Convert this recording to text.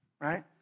right